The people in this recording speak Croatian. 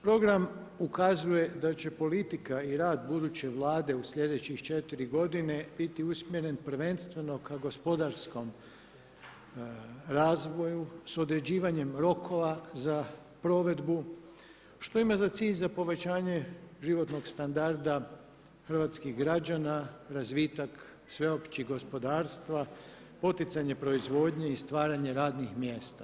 Program ukazuje da će politika i rad buduće Vlade u sljedećih 4 godine biti usmjerena prvenstveno ka gospodarskom razvoju s određivanjem rokova za provedbu što ima za cilj povećanje životnog standarda hrvatskih građana, razvitak sveopći gospodarstva, poticanje proizvodnje i stvaranje radnih mjesta.